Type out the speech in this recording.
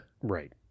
Right